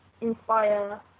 inspire